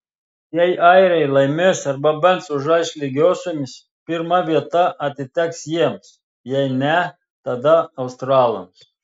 jei airiai laimės arba bent sužais lygiosiomis pirma vieta atiteks jiems jei ne tada australams